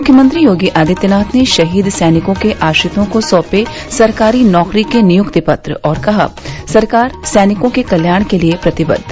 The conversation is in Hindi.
मुख्यमंत्री योगी आदित्यनाथ ने शहीद सैनिकों के आश्रितों को सौंपे सरकारी नौकरी के नियुक्ति पत्र कहा सरकार सैनिकों के कल्याण के लिए प्रतिबद्ध